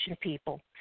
people